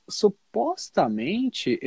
supostamente